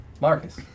Marcus